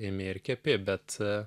imi ir kepi bet